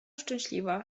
szczęśliwa